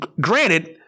granted